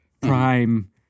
prime